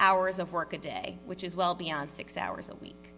hours of work a day which is well beyond six hours a week